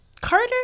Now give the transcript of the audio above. Carter